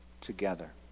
together